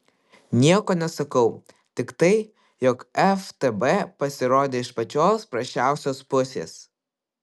nieko nesakau tik tai jog ftb pasirodė iš pačios prasčiausios pusės